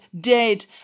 dead